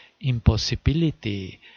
impossibility